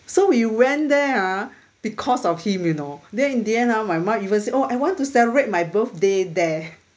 so we went there ah because of him you know then in the end ah my mum even say oh I want to celebrate my birthday there